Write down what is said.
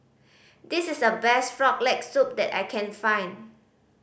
this is the best Frog Leg Soup that I can find